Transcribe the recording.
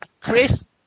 Chris